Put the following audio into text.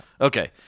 Okay